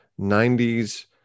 90s